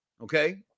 okay